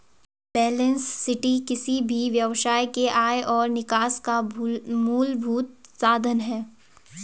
balance sheet किसी भी व्यवसाय के आय और निकास का मूलभूत साधन है